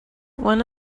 one